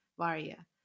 varia